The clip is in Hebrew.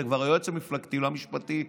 אתה כבר היועץ המפלגתי, לא המשפטי.